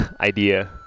idea